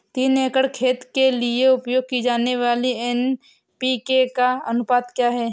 तीन एकड़ खेत के लिए उपयोग की जाने वाली एन.पी.के का अनुपात क्या है?